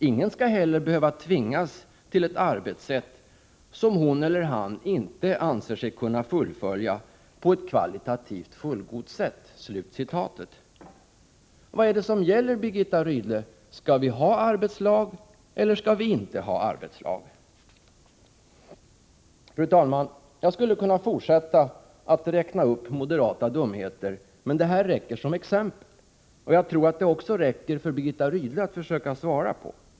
Ingen skall heller behöva tvingas till ett arbetssätt som hon eller han inte anser sig kunna fullfölja på ett kvalitativt fullgott sätt.” Vad är det som gäller, Birgitta Rydle? Skall vi ha arbetslag eller skall vi inte ha arbetslag? Fru talman! Jag skulle kunna fortsätta att räkna upp moderata dumheter, men det här räcker som exempel, och jag tror att det också räcker för Birgitta Rydle att försöka svara på.